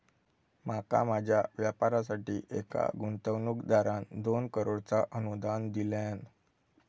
माका माझ्या व्यापारासाठी एका गुंतवणूकदारान दोन करोडचा अनुदान दिल्यान